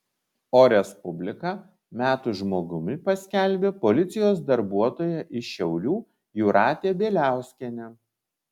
o respublika metų žmogumi paskelbė policijos darbuotoją iš šiaulių jūratę bieliauskienę